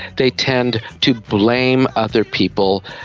they tend to blame other people,